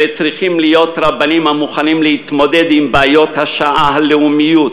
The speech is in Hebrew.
אלה צריכים להיות רבנים המוכנים להתמודד עם בעיות השעה הלאומיות,